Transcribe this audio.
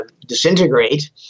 disintegrate